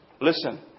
listen